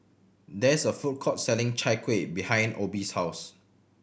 there is a food court selling Chai Kueh behind Obie's house